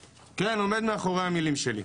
כן, עומד מאחורי המילים שלי.